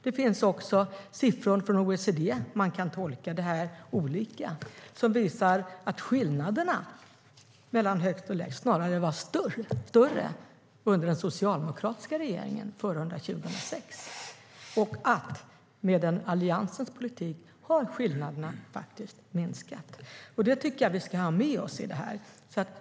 Det finns också siffror från OECD - man kan tolka det på olika sätt - som visar att skillnaderna mellan högst och lägst snarare var större under den socialdemokratiska regeringen, före 2006 och att med Alliansens politik har skillnaderna faktiskt minskat. Det tycker jag att vi ska ha med oss i det här.